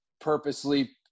purposely